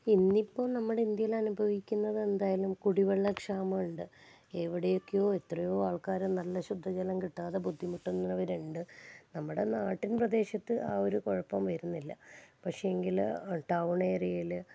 ഇന്നിപ്പോൾ നമ്മുടെ ഇന്ത്യയിൽ അനുഭവിക്കുന്നത് എന്തായാലും കുടിവെള്ളക്ഷാമമുണ്ട് എവിടെയൊക്കെയോ എത്രയോ ആൾക്കാർ നല്ല ശുദ്ധജലം കിട്ടാതെ ബുദ്ധിമുട്ടുന്നവരുണ്ടു നമ്മുടെ നാട്ടിൻ പ്രദേശത്ത് ആ ഒരു കുഴപ്പം വരുന്നില്ല പക്ഷേ എങ്കിൽ ടൗൺ ഏരിയയിൽ